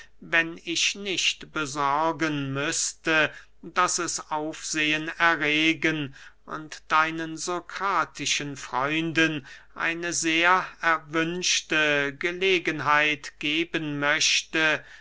wenn ich nicht besorgen müßte daß es aufsehen erregen und deinen sokratischen freunden eine sehr erwünschte gelegenheit geben möchte